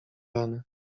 ranę